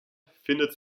findet